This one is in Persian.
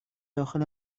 داخل